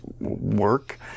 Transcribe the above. work